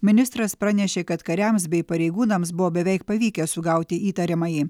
ministras pranešė kad kariams bei pareigūnams buvo beveik pavykę sugauti įtariamąjį